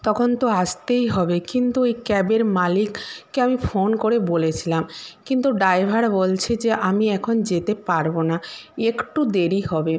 তখন তো আসতেই হবে কিন্তু এই ক্যাবের মালিককে আমি ফোন করে বলেছিলাম কিন্তু ড্রাইভার বলছে যে আমি এখন যেতে পারব না একটু দেরি হবে